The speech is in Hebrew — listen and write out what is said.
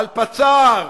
על פצ"ר,